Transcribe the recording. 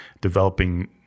developing